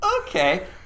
okay